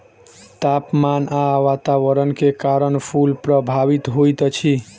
तापमान आ वातावरण के कारण फूल प्रभावित होइत अछि